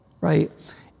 right